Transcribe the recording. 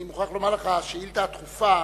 אני מוכרח לומר לך, שאילתא דחופה